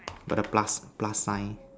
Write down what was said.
got the plus plus sign